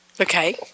Okay